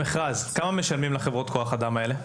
כמה משלמים להן לשעה?